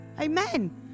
Amen